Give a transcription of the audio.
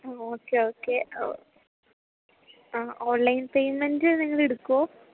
മ് okay okay online payment നിങ്ങൾ എടുക്കുമോ